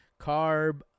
carb